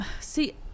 See